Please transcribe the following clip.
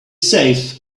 safe